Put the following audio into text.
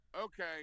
Okay